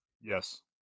Yes